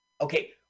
Okay